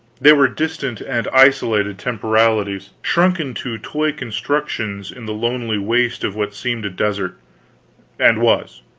they were distant and isolated temporalities shrunken to toy constructions in the lonely waste of what seemed a desert and was.